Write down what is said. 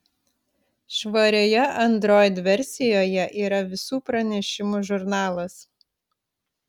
švarioje android versijoje yra visų pranešimų žurnalas